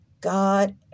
God